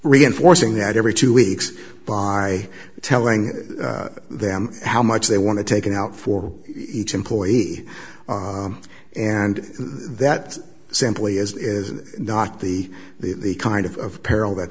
reinforcing that every two weeks by telling them how much they want to take it out for each employee and that simply is not the the kind of peril that